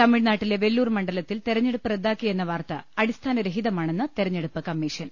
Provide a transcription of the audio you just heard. തമിഴ്നാട്ടിലെ വെല്ലൂർ മണ്ഡലത്തിൽ തെരഞ്ഞെടുപ്പ് റദ്ദാ ക്കിയെന്ന വാർത്ത അടിസ്ഥാന രഹിതമാണെന്ന് തെരഞ്ഞെ ടുപ്പ് കമ്മീഷൻ